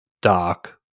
Dark